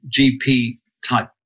GP-type